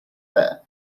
there